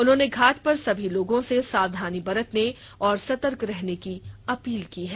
उन्होंनेघाट पर सभी लोगों से सावधानी बरतने और सतर्क रहने की अपील की है